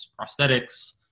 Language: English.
prosthetics